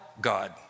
God